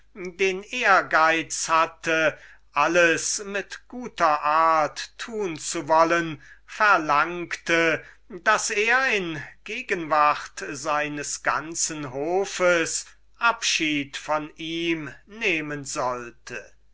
den ehrgeiz hatte alles mit guter art tun zu wollen verlangte daß er in gegenwart seines ganzen hofes abschied von ihm nehmen sollte